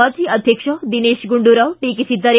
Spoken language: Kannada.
ಮಾಜಿ ಅಧ್ಯಕ್ಷ ದಿನೇತ್ ಗುಂಡೂರಾವ್ ಟೀಕಿಸಿದ್ದಾರೆ